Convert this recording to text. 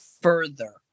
further